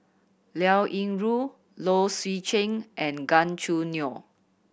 Liao Yingru Low Swee Chen and Gan Choo Neo